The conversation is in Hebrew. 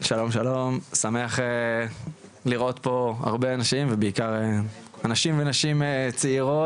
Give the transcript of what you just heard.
אני שמח לראות פה הרבה אנשים ובעיקר אנשים צעירים.